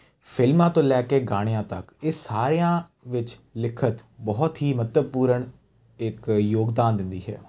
ਫਿਲਮਾਂ ਤੋਂ ਲੈ ਕੇ ਗਾਣਿਆਂ ਤੱਕ ਇਹ ਸਾਰਿਆਂ ਵਿੱਚ ਲਿਖਤ ਬਹੁਤ ਹੀ ਮਹੱਤਵਪੂਰਨ ਇੱਕ ਯੋਗਦਾਨ ਦਿੰਦੀ ਹੈ